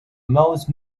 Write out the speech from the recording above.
most